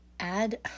add